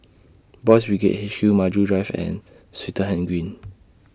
Boys' Brigade H Q Maju Drive and Swettenham Green